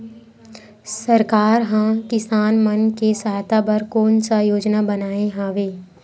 सरकार हा किसान मन के सहायता बर कोन सा योजना बनाए हवाये?